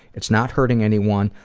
it's not hurting anyone,